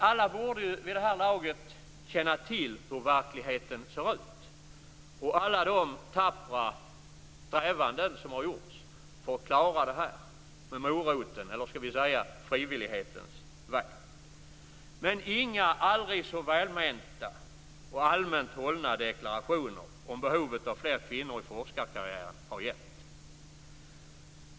Alla borde vid det här laget känna till hur verkligheten ser ut och alla de tappra strävanden som gjorts för att klara av det här med morot och på frivillighetens väg. Men inga aldrig så välmenta och allmänt hållna deklarationer om behovet av fler kvinnor i forskarkarriären har hjälpt.